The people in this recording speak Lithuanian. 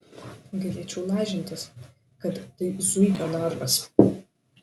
galėčiau lažintis kad tai zuikio darbas